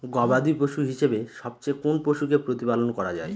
গবাদী পশু হিসেবে সবচেয়ে কোন পশুকে প্রতিপালন করা হয়?